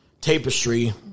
Tapestry